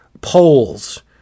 polls